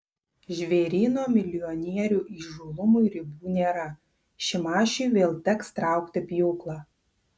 žvėryno milijonierių įžūlumui ribų nėra šimašiui vėl teks traukti pjūklą